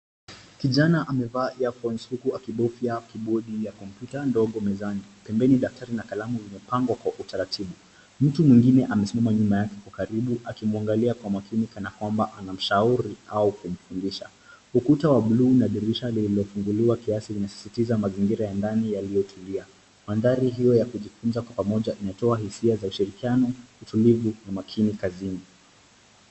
Kijana amevaa earphones huku akibofya kibodi ya kompyuta ndogo mezani. Pembeni daftari na kalamu zimepangwa kwa utaratibu. Mtu mwingine amesimama nyuma yake kwa karibu akimwangalia kwa makini kana kwamba anamshauri au kumfundisha. Ukuta wa buluu wa dirisha limefunguliwa kiasi, ikisisitiza mazingira ya ndani yaliyotulia. Mandhari hiyo ya kujifunza kwa pamoja inatoa hisia za ushirikiano, utulivu na makini kazini.